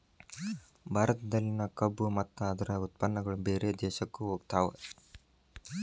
ಭಾರತದಲ್ಲಿನ ಕಬ್ಬು ಮತ್ತ ಅದ್ರ ಉತ್ಪನ್ನಗಳು ಬೇರೆ ದೇಶಕ್ಕು ಹೊಗತಾವ